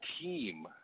team